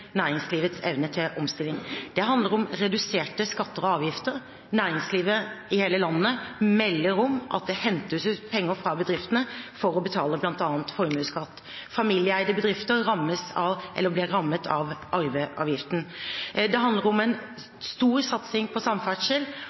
næringslivets evne til omstilling. Det handler om reduserte skatter og avgifter. Næringslivet i hele landet melder om at det hentes ut penger fra bedriftene for å betale bl.a. formuesskatt. Familieeide bedrifter ble rammet av arveavgiften. Det handler om en stor satsing på samferdsel,